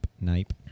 Nape